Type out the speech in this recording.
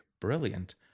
brilliant